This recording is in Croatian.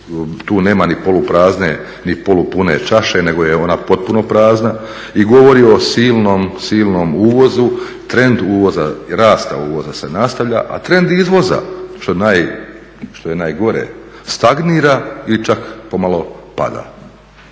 niti polupune čaše nego je ona potpuno prazna i govori o silnom, silnom uvozu, trend uvoza, rasta uvoza se nastavlja a trend izvoza što je najgore stagnira ili čak pomalo pada,